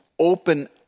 open